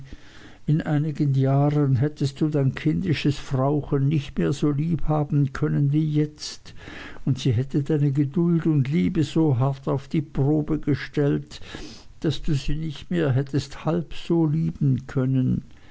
in einigen jahren hättest du dein kindisches frauchen nicht mehr so lieb haben können wie jetzt und sie hätte deine geduld und liebe so hart auf die probe gestellt daß du sie nicht mehr hättest halb so lieben können